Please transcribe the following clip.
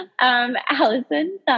Allison